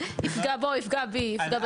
יפגע בו, יפגע בי, יפגע בציבור.